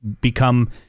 become